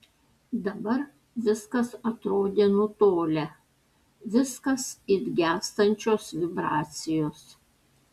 dabar viskas atrodė nutolę viskas it gęstančios vibracijos